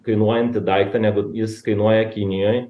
kainuojantį daiktą negu jis kainuoja kinijoj